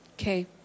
Okay